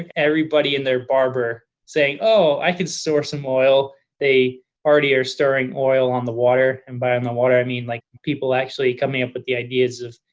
everybody and their barber saying, oh, i could store some oil. they already are storing oil on the water. and by on the water, i mean, like, people actually coming up with the ideas of,